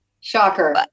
Shocker